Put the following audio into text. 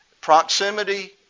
proximity